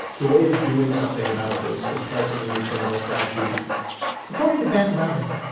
the way of doing something about this is passing a new criminal statute according to ben levin,